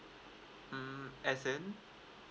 mm as in